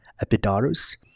Epidaurus